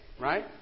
right